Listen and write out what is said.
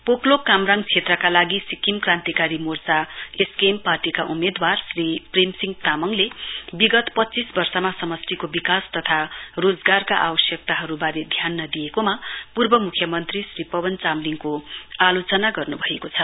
पोकलोक कामराङ क्षेत्रका लागि सिक्किम क्रान्तीकारी मोर्चाएसकेएम पार्टीका उम्मेदवार श्री प्रेम सिंह तामाङले विगत पञ्चीस वर्षमा समस्टिको विकास तथा रोजगारका आवश्यकताहरुवारे ध्यान नदिएकोमा पूर्व मुख्यमन्त्री श्री पवन चामलिङको आलोचना गर्नुभएको छ